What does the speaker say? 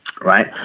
right